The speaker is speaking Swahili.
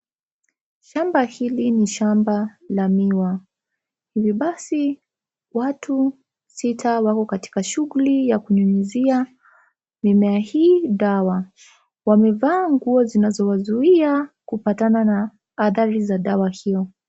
Shamba hili ni shamba la miwa, hivyo basi watu sita wako katika shuguli ya kunyunyuzia mimea hii dawa, wamevaa nguo zinazowazuia kupatana na adhari hiyo.